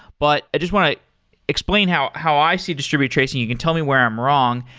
but i just want to explain how how i see distributed tracing. you can tell me where i'm wrong.